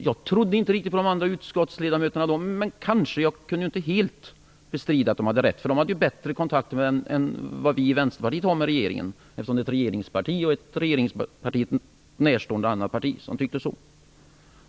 Jag trodde inte riktigt på de andra utskottsledamöterna, men jag kunde inte helt bestrida att de hade rätt, därför att de har bättre kontakter med regeringen än vad vi i Vänsterpartiet har. Det var ju ledamöter i regeringspartiet och ett regeringen närstående parti som tyckte så.